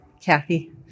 Kathy